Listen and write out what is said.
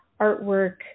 artwork